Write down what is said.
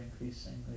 increasingly